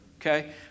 Okay